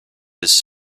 his